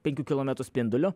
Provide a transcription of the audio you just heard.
penkių kilometrų spinduliu